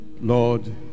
Lord